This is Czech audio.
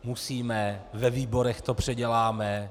Musíme, ve výborech to předěláme...